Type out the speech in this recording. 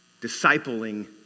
discipling